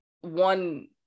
one